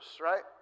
right